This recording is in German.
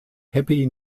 happy